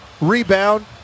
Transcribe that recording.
Rebound